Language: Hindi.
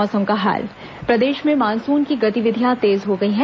मौसम प्रदेश में मानसून की गतिविधियां तेज हो गई हैं